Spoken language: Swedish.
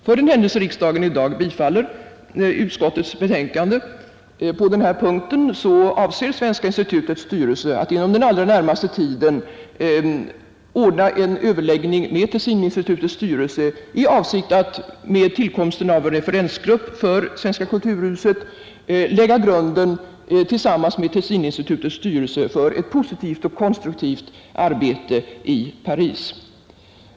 För den händelse riksdagen i dag bifaller utskottets hemställan under punkten 4 så avser Svenska institutets styrelse att inom den allra närmaste tiden ordna en överläggning med Tessininstitutets styrelse i avsikt att med tillkomsten av en referensgrupp för Svenska kulturhuset lägga grunden tillsammans med Tessininstitutets styrelse för ett positivt och konstruktivt arbete i Paris.